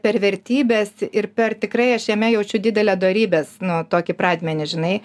per vertybes ir per tikrai aš jame jaučiu didelę dorybės nu tokį pradmenį žinai